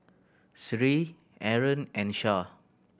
Sri Aaron and Shah